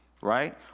right